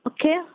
Okay